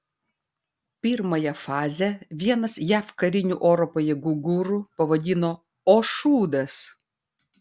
pirmąją fazę vienas jav karinių oro pajėgų guru pavadino o šūdas